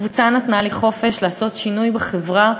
הקבוצה נתנה לי חופש לעשות שינוי בחברה,